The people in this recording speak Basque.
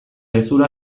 gezur